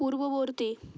পূর্ববর্তী